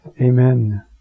Amen